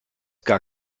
gar